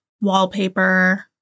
wallpaper